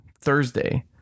Thursday